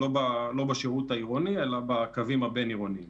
לא בשירות העירוני אלא בקווים הבין-עירוניים.